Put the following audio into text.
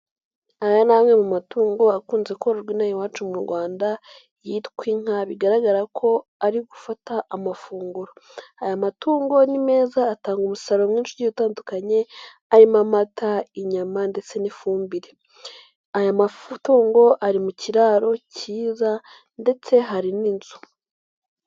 Aya ni amwe mu matungo akunze gu kororwa inaha iwacu mu Rwanda, yitwa inka bigaragara ko ari gufata amafunguro. Aya matungo ni meza atanga umusaruro mwinshi ugiye utandukanye arimo amata, inyama, ndetse n'ifumbire. Aya matungo ari mu kiraro cyiza ndetse hari n'inzu.